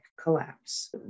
collapse